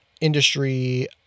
industry